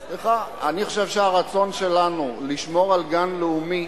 סליחה, אני חושב שהרצון שלנו לשמור על גן לאומי